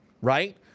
Right